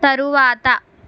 తరువాత